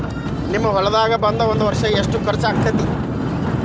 ನಿಮ್ಮ ಹೊಲ್ದಾಗ ಒಂದ್ ವರ್ಷಕ್ಕ ಎಷ್ಟ ಖರ್ಚ್ ಆಕ್ಕೆತಿ?